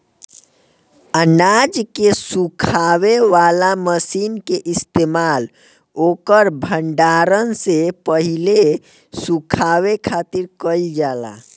अनाज के सुखावे वाला मशीन के इस्तेमाल ओकर भण्डारण से पहिले सुखावे खातिर कईल जाला